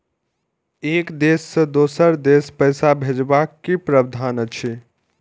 एक देश से दोसर देश पैसा भैजबाक कि प्रावधान अछि??